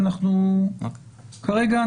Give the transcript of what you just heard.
כרגע,